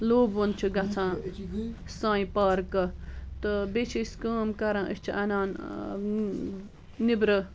لوٗبوُن چھُ گژھان سانہِ پارکہٕ تہٕ بیٚیہِ چھِ أسۍ کٲم کران أسۍ چھِ انان نٮ۪برٕ